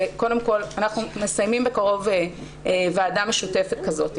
זה קודם כל שאנחנו מסיימים בקרוב ועדה משותפת כזאת.